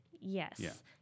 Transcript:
yes